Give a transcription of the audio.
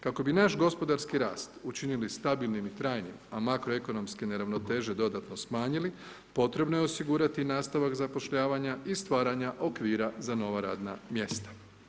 Kako bi naš gospodarski rast učinili stabilnim i trajnim, a makroekonomske neravnoteže dodatno smanjili, potrebno je osigurati nastavak zapošljavanja i stvaranja okvira za nova radna mjesta.